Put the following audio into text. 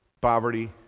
poverty